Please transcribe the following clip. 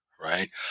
right